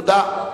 תודה.